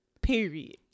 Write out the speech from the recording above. Period